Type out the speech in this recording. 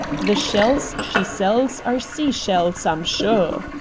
the shells she sells are sea-shells, i'm sure.